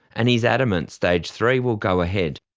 and he is adamant stage three will go ahead.